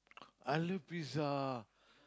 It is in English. I love pizza